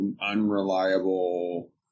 unreliable